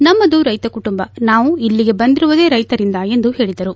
ನಮ್ಮದು ರೈತ ಕುಟುಂಬ ನಾವು ಇಲ್ಲಗೆ ಬಂದಿರುವುದೇ ರೈತರಿಂದ ಎಂದು ಹೇಳಿದರು